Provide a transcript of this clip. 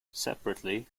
separately